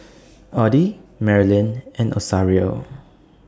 Oddie Merilyn and Rosario